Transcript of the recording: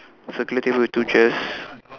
circular table with two chairs